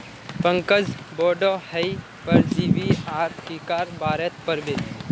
पंकज बोडो हय परजीवी आर टीकार बारेत पढ़ बे